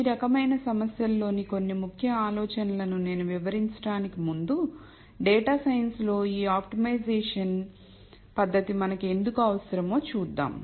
ఈ రకమైన సమస్యలలోని కొన్ని ముఖ్య ఆలోచనల ను నేను వివరించడానికి ముందు డేటా సైన్స్ లో ఈ ఆప్టిమైజేషన్ పద్ధతి మనకు ఎందుకు అవసరమో చూద్దాం